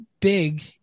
big